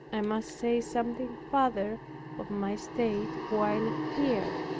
i must say something farther of my state while here.